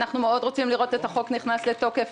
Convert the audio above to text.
אנחנו מאוד רוצים לראות את החוק נכנס לתוקף.